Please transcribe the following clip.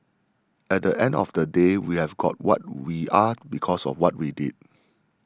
at the end of the day we have got what we are because of what we did